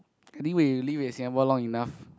I think when you live in Singapore long enough